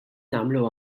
nagħmlu